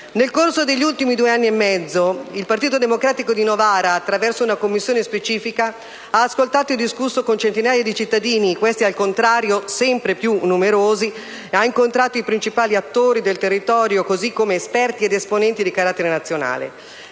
Nel corso degli ultimi due anni e mezzo il Partito Democratico di Novara, attraverso una commissione specifica, ha ascoltato e discusso con centinaia di cittadini - questi, al contrario, sempre più numerosi! - ed ha incontrato i principali attori del territorio, così come esperti ed esponenti di carattere nazionale.